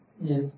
Yes